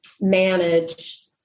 manage